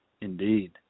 Indeed